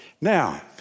Now